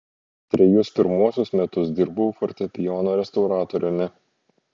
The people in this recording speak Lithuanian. trejus pirmuosius metus dirbau fortepijonų restauratoriumi